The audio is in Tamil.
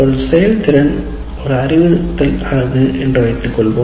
ஒரு செயல்திறன் ஒரு அறிவுறுத்தல் அலகு என்று வைத்துக்கொள்வோம்